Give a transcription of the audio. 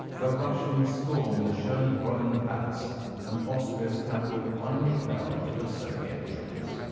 the russians stormed the schonbrunn palace and austria's capital finally fell to the soviet troops.